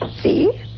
See